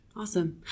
Awesome